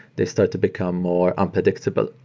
they start to become more unpredictable.